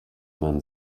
man